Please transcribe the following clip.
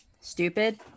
stupid